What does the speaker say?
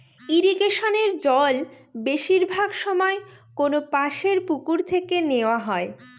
ইরিগেশনের জল বেশিরভাগ সময় কোনপাশর পুকুর থেকে নেওয়া হয়